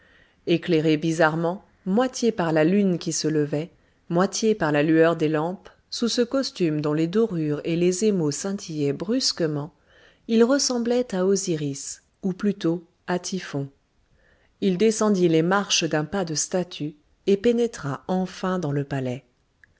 éclairé bizarrement moitié par la lune qui se levait moitié par la lueur des lampes sous ce costume dont les dorures et les émaux scintillaient brusquement il ressemblait à osiris ou plutôt à typhon il descendit les marches d'un pas de statue et pénétra enfin dans le palais